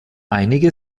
einige